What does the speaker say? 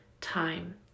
time